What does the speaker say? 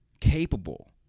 capable